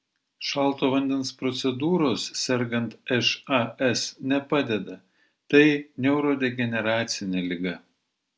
šalto vandens procedūros sergant šas nepadeda tai neurodegeneracinė liga